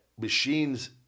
machines